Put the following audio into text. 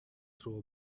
throw